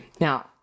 Now